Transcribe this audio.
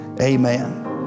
Amen